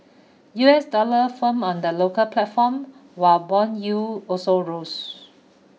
U S dollar firmed on the local platform while bond yield also rose